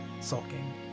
sulking